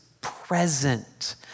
present